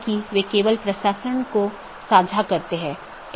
4 जीवित रखें मेसेज यह निर्धारित करता है कि क्या सहकर्मी उपलब्ध हैं या नहीं